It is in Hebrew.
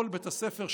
כל בית הספר,